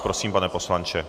Prosím, pane poslanče...